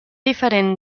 diferent